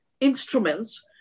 instruments